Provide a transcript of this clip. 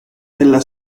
della